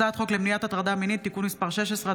הצעת חוק למניעת הטרדה מינית (תיקון מס' 16),